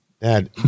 dad